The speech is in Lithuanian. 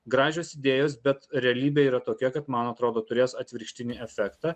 gražios idėjos bet realybė yra tokia kad man atrodo turės atvirkštinį efektą